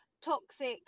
toxic